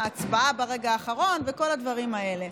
הצבעה ברגע האחרון וכל הדברים האלה.